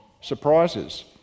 surprises